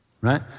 right